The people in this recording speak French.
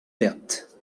berthe